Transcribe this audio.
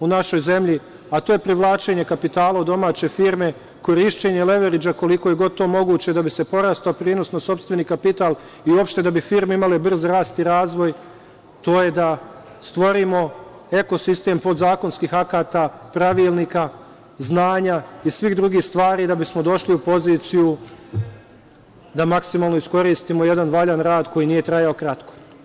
u našoj zemlji, a to je privlačenje kapitala u domaće firme, korišćenje leverage koliko je god to moguće, da bi porastao prinos na sopstveni kapital i uopšte, da bi firme imale brz rast i razvoj, to je da stvorimo ekosistem podzakonskih akata, pravilnika, znanja i svih drugih stvari, da bismo došli u poziciju da maksimalno iskoristimo jedan valjan rad koji nije trajao kratko.